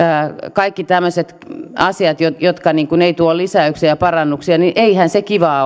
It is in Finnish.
kaikki tämmöiset asiat jotka eivät tuo lisäyksiä ja parannuksia eihän se kivaa